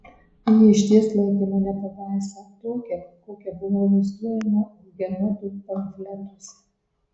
ji išties laikė mane pabaisa tokia kokia buvau vaizduojama hugenotų pamfletuose